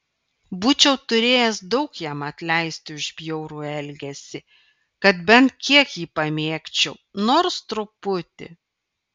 būčiau turėjęs daug jam atleisti už bjaurų elgesį kad bent kiek jį pamėgčiau nors truputį